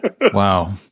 Wow